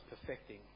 perfecting